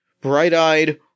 Bright-eyed